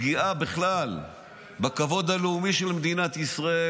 פגיעה בכלל בכבוד הלאומי של מדינת ישראל